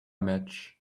match